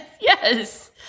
Yes